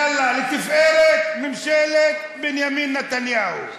יאללה, לתפארת ממשלת בנימין נתניהו.